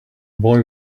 boy